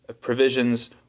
provisions